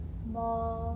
small